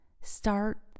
Start